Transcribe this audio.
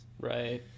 Right